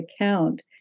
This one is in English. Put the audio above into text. account